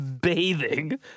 Bathing